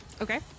Okay